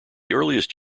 earliest